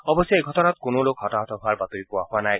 অৱশ্যে এই ঘটনাত কোনো লোক হতাহত হোৱাৰ বাতৰি পোৱা হোৱা নাই